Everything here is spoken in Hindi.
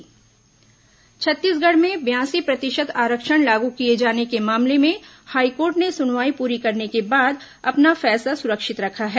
हाईकोर्ट आरक्षण छत्तीसगढ़ में बयासी प्रतिशत आरक्षण लागू किए जाने के मामले में हाईकोर्ट ने सुनवाई पूरी करने के बाद अपना फैसला सुरक्षित रखा है